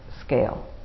scale